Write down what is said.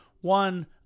one